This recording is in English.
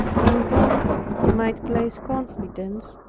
in whom he might place confidence,